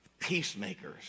peacemakers